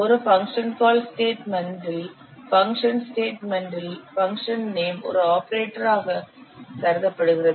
ஒரு function call statement இல் function statement இல் பங்க்ஷன் நேம் ஒரு ஆபரேட்டராக கருதப்படுகிறது